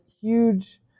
huge